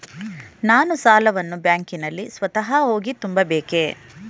ನಾನು ಸಾಲವನ್ನು ಬ್ಯಾಂಕಿನಲ್ಲಿ ಸ್ವತಃ ಹೋಗಿ ತುಂಬಬೇಕೇ?